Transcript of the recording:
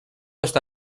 esta